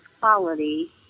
quality